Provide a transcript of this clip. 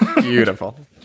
Beautiful